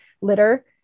litter